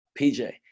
PJ